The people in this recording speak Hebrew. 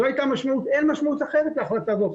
זו הייתה המשמעות, אין משמעות אחרת להחלטה הזאת.